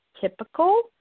typical